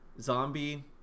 zombie